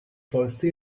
polsce